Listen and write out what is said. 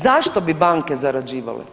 Zašto bi banke zarađivale?